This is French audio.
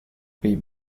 pays